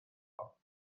pobl